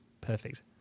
perfect